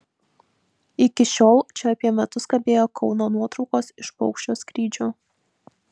iki šiol čia apie metus kabėjo kauno nuotraukos iš paukščio skrydžio